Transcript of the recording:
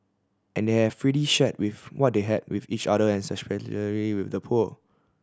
and they have freely shared with what they had with each other and with the poor